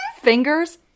Fingers